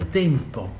tempo